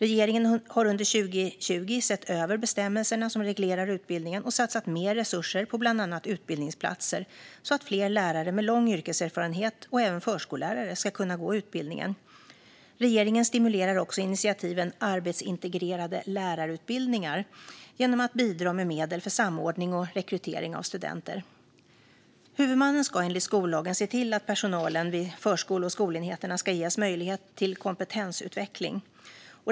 Regeringen har under 2020 sett över bestämmelserna som reglerar utbildningen och satsat mer resurser på bland annat utbildningsplatser så att fler lärare med lång yrkeserfarenhet och även förskollärare ska kunna gå utbildningen. Regeringen stimulerar också initiativen med arbetsintegrerade lärarutbildningar genom att bidra med medel för samordning och rekrytering av studenter. Huvudmannen ska enligt skollagen se till att personalen vid förskole och skolenheterna ska ges möjligheter till kompetensutveckling.